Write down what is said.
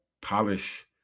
Polish